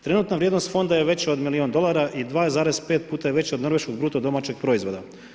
Trenutna vrijednost fonda je veća od milijun dolara i 2,5 puta je veća od norveškog BDP-a.